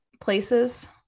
places